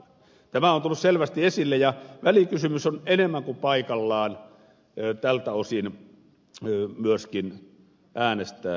tämä on tullut selvästi esille ja välikysymys on enemmän kuin paikallaan tältä osin samoin kuin siitä äänestäminen huomenna